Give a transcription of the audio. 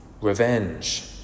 revenge